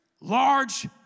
large